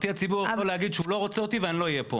אותי הציבור יכול להגיד שהוא לא רוצה ואני לא אהיה פה.